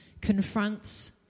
confronts